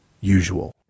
usual